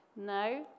no